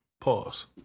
Pause